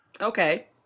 Okay